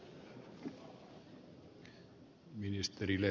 arvoisa puhemies